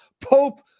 Pope